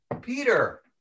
Peter